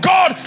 God